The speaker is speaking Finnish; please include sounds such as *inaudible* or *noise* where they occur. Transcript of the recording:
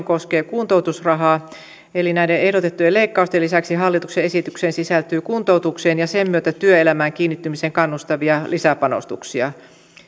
*unintelligible* koskee kuntoutusrahaa eli näiden ehdotettujen leikkausten lisäksi hallituksen esitykseen sisältyy kuntoutukseen ja sen myötä työelämään kiinnittymiseen kannustavia lisäpanostuksia